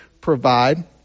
provide